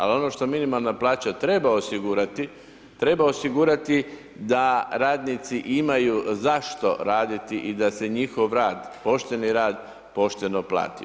Ali ono što minimalna plaća treba osigurati, treba osigurati da radnici imaju zašto raditi i da se njihov rad, pošteni rad pošteno plati.